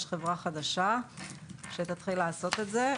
יש חברה חדשה שתתחיל לעשות זאת.